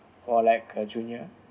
for like a junior